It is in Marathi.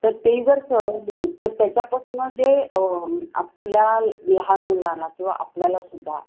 तर ते जर चढवली तर त्याच्यापासून जे आपल्या लहान मुलांना किंवा आपल्याला सुद्धा